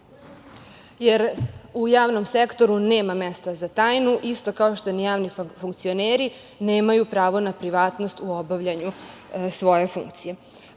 jer u javnom sektoru nema mesta za tajnu, isto kao što ni javni funkcioneri nemaju pravo na privatnost u obavljanju svoje funkcije.